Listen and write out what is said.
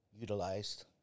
utilized